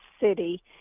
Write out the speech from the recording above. city